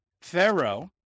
Pharaoh